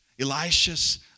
Elisha's